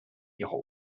ihrer